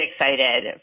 excited